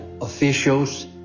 officials